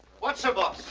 what, sir boss?